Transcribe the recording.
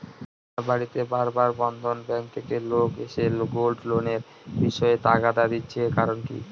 আমার বাড়িতে বার বার বন্ধন ব্যাংক থেকে লোক এসে গোল্ড লোনের বিষয়ে তাগাদা দিচ্ছে এর কারণ কি?